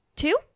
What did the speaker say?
two